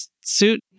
suit